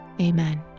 amen